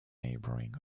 neighbouring